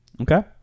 Okay